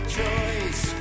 choice